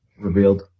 Revealed